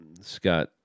Scott